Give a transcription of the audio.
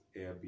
airbnb